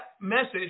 message